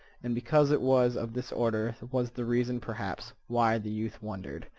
and because it was of this order was the reason, perhaps, why the youth wondered,